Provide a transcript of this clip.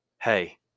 Hey